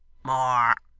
more!